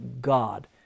God